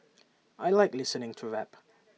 I Like listening to rap